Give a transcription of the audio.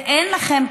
ואין לכם,